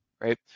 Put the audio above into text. right